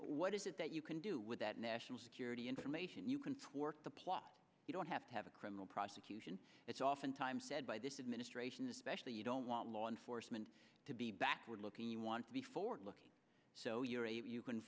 what is it that you can do with that national security information you can work the plot you don't have to have a criminal prosecution it's oftentimes said by this administration especially you don't want law enforcement to be backward looking you want to be forward looking so you're able you c